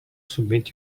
submit